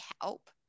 help